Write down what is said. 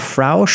Frau